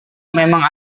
memang